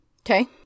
Okay